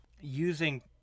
using